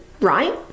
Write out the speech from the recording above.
right